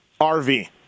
rv